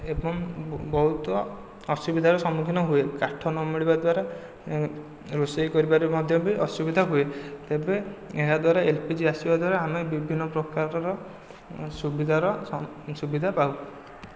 ଏବଂ ବହୁତ ଅସୁବିଧାର ସମ୍ମୁଖୀନ ହୁଏ କାଠ ନ ମିଳିବା ଦ୍ୱାରା ରୋଷେଇ କରିବାରେ ମଧ୍ୟ ବି ଅସୁବିଧା ହୁଏ ତେବେ ଏହାଦ୍ୱାରା ଏଲ୍ପିଜି ଆସିବା ଦ୍ୱାରା ଆମେ ବିଭିନ୍ନ ପ୍ରକାର ର ସୁବିଧାର ସୁବିଧା ପାଉ